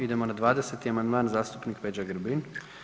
Idemo na 20. amandman, zastupnik Peđa Grbin.